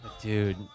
Dude